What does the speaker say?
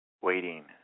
waiting